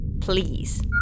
Please